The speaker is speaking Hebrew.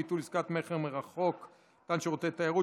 ביטול עסקת מכר מרחוק על שירותי תיירות